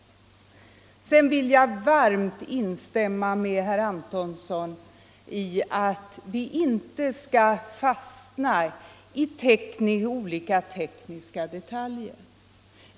länder Sedan vill jag varmt instämma med herr Antonsson i att vi inte här i riksdagen bör fastna vid olika tekniska detaljer.